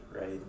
right